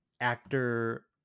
actor